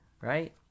right